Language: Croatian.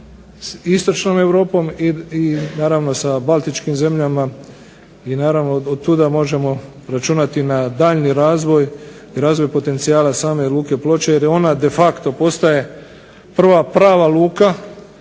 istočnom Europom i naravno sa Baltičkim zemljama i naravno od tuda možemo računati na daljnji razvoj i razvoj potencijala same luke Ploče jer ona de facto postaje prva prava luka